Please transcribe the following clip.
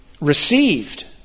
received